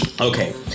Okay